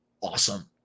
awesome